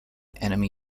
enemy